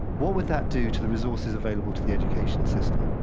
what would that do to the resources available to the education system?